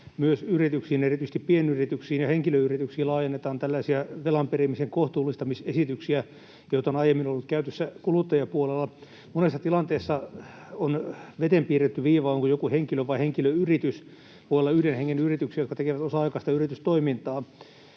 myös yrityksiin ja erityisesti pienyrityksiin ja henkilöyrityksiin laajennetaan tällaisia velan perimisen kohtuullistamisesityksiä, joita on aiemmin ollut käytössä kuluttajapuolella. Monessa tilanteessa on veteen piirretty viiva, onko joku henkilö vai henkilöyritys. Voi olla yhden hengen yrityksiä, jotka tekevät osa-aikaista yritystoimintaa.